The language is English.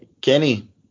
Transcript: Kenny